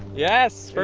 yes.